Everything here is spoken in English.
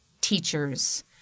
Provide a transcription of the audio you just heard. teachers